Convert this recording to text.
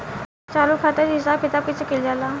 चालू खाता के हिसाब किताब कइसे कइल जाला?